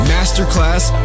Masterclass